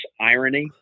irony